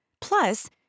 Plus